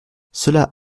cela